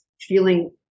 feeling